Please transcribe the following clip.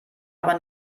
aber